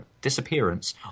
disappearance